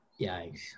Yikes